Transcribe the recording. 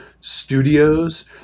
studios